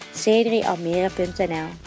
c3almere.nl